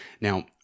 Now